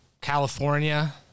california